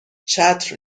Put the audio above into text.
چتر